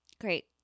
great